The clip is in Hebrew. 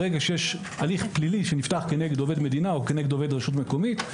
ברגע שיש הליך פלילי שנפתח כנגד עובד מדינה או כנגד עובד רשות מקומית,